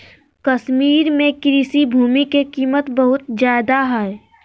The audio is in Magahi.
कश्मीर में कृषि भूमि के कीमत बहुत ज्यादा हइ